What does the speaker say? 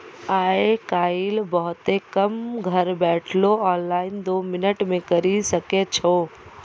आय काइल बहुते काम घर बैठलो ऑनलाइन दो मिनट मे करी सकै छो